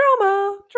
drama